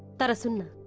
dad isn't